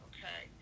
Okay